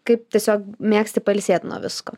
kaip tiesiog mėgsti pailsėti nuo visko